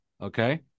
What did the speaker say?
okay